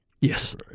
yes